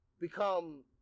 become